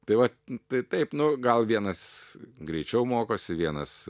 tai va tai taip nu gal vienas greičiau mokosi vienas